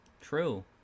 True